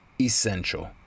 essential